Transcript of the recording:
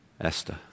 Esther